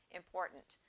important